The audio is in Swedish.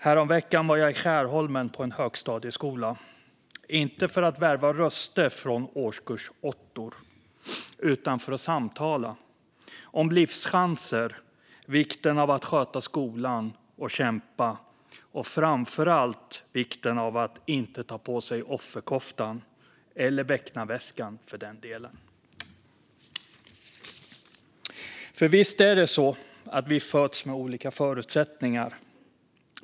Häromveckan var jag i Skärholmen på en högstadieskola, inte för att värva röster från åttondeklassare utan för att samtala om livschanser, om vikten av att sköta skolan och kämpa samt framför allt om vikten av att inte ta på sig offerkoftan, eller becknarväskan för den delen. Visst är det så att vi föds med olika förutsättningar.